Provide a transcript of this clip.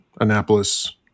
annapolis